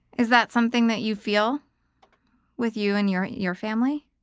is that something that you feel with you and your your family?